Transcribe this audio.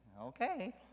Okay